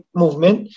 movement